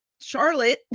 Charlotte